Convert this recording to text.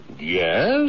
yes